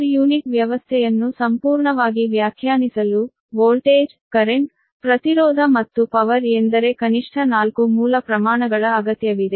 ಪ್ರತಿ ಯೂನಿಟ್ ವ್ಯವಸ್ಥೆಯನ್ನು ಸಂಪೂರ್ಣವಾಗಿ ವ್ಯಾಖ್ಯಾನಿಸಲು ವೋಲ್ಟೇಜ್ ಕರೆಂಟ್ ಪ್ರತಿರೋಧ ಮತ್ತು ಪವರ್ ಯೆಂದರೆ ಕನಿಷ್ಠ ನಾಲ್ಕು ಮೂಲ ಪ್ರಮಾಣಗಳ ಅಗತ್ಯವಿದೆ